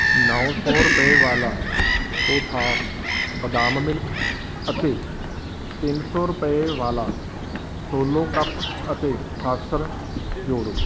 ਨੌਂ ਸੌ ਰੁਪਏ ਵਾਲਾ ਕੋਥਾਸ ਬਦਾਮ ਮਿਲਕ ਅਤੇ ਤਿੰਨ ਸੌ ਰੁਪਏ ਵਾਲਾ ਸੋਲੋ ਕੱਪ ਅਤੇ ਸਾਸਰ ਜੋੜੋ